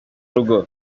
rugo